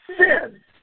sin